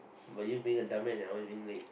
well you being a dumbass and always being late